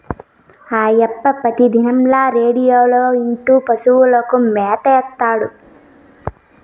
అయ్యప్ప పెతిదినంల రేడియోలో ఇంటూ పశువులకు మేత ఏత్తాడు